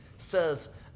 says